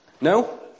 No